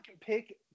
pick